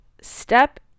Step